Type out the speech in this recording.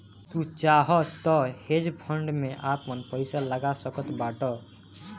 तू चाहअ तअ हेज फंड में आपन पईसा लगा सकत बाटअ